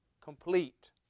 complete